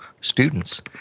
students